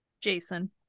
Jason